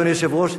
אדוני היושב-ראש,